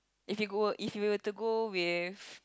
if you go if you were to go with